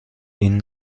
این